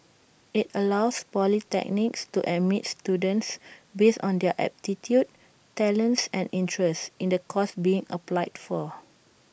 IT allows polytechnics to admit students based on their aptitude talents and interests in the course being applied for